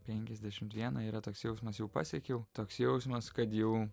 penkiasdešimt vieną yra toks jausmas jau pasiekiau toks jausmas kad jau